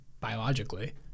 biologically